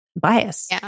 bias